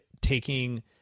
taking